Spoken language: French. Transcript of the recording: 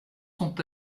sont